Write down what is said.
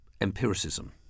empiricism